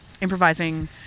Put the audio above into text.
improvising